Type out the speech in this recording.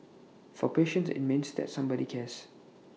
for patients IT means that somebody cares